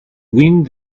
wind